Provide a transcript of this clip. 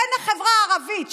בן החברה הערבית,